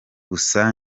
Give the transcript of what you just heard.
gusa